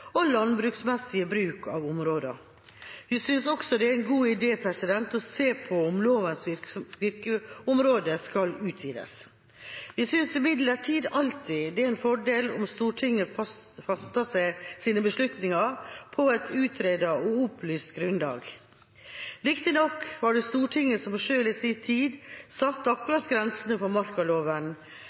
og landbruksmessig bruk av områdene. Vi synes også det er en god idé å se på om lovens virkeområde skal utvides. Vi synes imidlertid alltid det er en fordel om Stortinget fatter sine beslutninger på et utredet og opplyst grunnlag. Riktignok var det Stortinget som selv, i sin tid, satte grensene for markaloven,